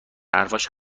حرفاش